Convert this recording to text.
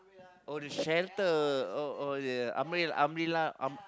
oh the shelter oh oh the umbrel~ umbrella um~